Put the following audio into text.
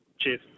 Cheers